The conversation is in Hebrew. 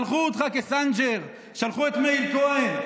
שלחו אותך כסנג'ר, שלחו את מאיר כהן.